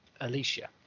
Alicia